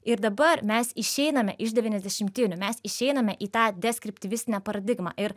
ir dabar mes išeiname iš devyniasdešimtinių mes išeiname į tą deskriptivistinę paradigmą ir